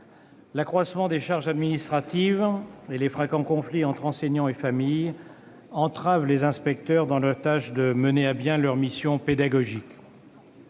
L'accroissement des charges administratives et les fréquents conflits entre enseignants et familles entravent les inspecteurs dans leur tâche et les empêchent de mener à bien leur mission pédagogique.